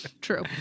True